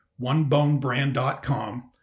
OneBoneBrand.com